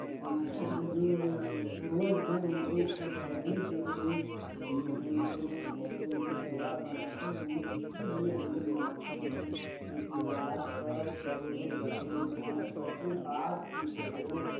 जो पूर्वज हैं उनको खुश करने के लिए हमलोगों को जो त्योहार मनाते हैं इसीलिए हमलोग मनाते हैं कि त्योहार पर सबलोग एकत्रित हों सबसे बातचीत हो